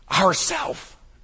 Ourself